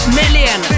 million